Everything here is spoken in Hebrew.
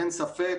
אין ספק